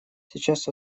сейчас